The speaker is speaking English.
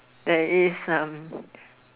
there is um